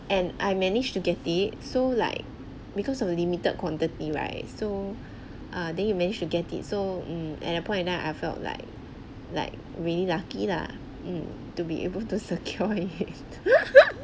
and I managed to get it so like because of limited quantity right so err then you managed to get it so um at that point of time I felt like like really lucky lah mm to be able to secure it